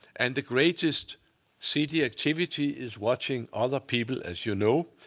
and the greatest city activity is watching other people, as you know.